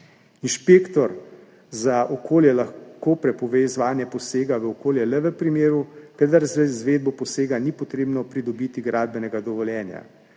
Inšpektor za okolje lahko prepove izvajanje posega v okolje le v primeru, kadar za izvedbo posega ni treba pridobiti gradbenega dovoljenja,